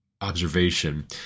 observation